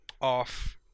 Off